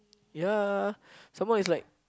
ya some more is like